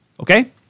okay